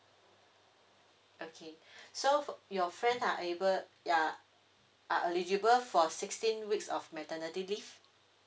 okay so your friends are able ya are eligible for sixteen weeks of maternity leave